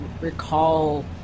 recall